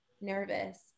nervous